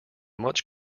much